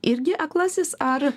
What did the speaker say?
irgi aklasis ar